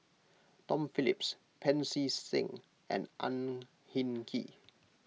Tom Phillips Pancy Seng and Ang Hin Kee